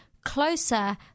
closer